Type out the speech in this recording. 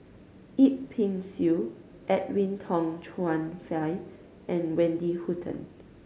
Yip Pin Xiu Edwin Tong Chun Fai and Wendy Hutton